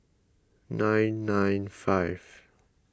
nine nine five